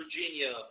Virginia